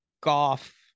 golf